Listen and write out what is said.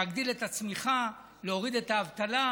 להגדיל את הצמיחה, להוריד את האבטלה,